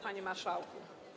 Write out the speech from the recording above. Panie Marszałku!